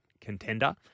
contender